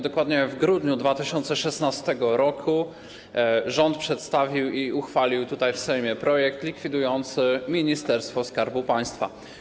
Dokładnie w grudniu 2016 r. rząd przedstawił i uchwalił tutaj, w Sejmie, projekt likwidujący Ministerstwo Skarbu Państwa.